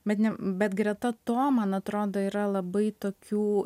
bet ne bet greta to man atrodo yra labai tokių